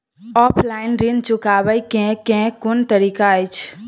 Offline ऋण चुकाबै केँ केँ कुन तरीका अछि?